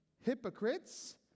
Hypocrites